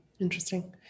Interesting